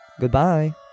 Goodbye